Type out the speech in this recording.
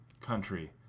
country